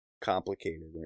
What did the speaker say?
Complicated